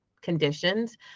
conditions